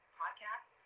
podcast